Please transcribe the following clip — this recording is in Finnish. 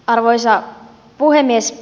arvoisa puhemies